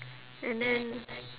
and then